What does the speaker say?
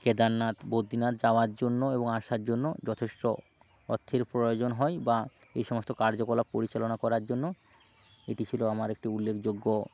কেদারনাথ বদ্রিনাথ যাওয়ার জন্য এবং আসার জন্য যথেষ্ট অর্থের প্রয়োজন হয় বা এই সমস্ত কার্যকলাপ পরিচালনা করার জন্য এটি ছিল আমার একটি উল্লেখযোগ্য